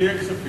שיהיה כספים,